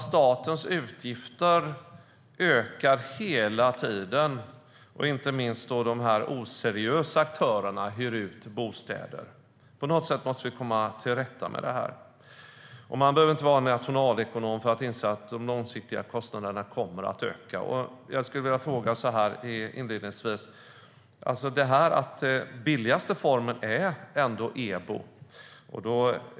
Statens utgifter ökar hela tiden, och det är inte minst oseriösa aktörer som hyr ut bostäder. På något sätt måste vi komma till rätta med det. Man behöver inte vara nationalekonom för att inse att de långsiktiga kostnaderna kommer att öka. Jag skulle vilja ställa en fråga inledningsvis. Den billigaste formen är ändå EBO.